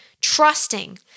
trusting